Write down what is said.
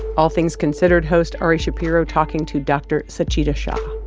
all things considered host ari shapiro talking to dr. sachita shah.